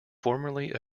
formerly